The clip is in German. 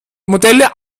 modelle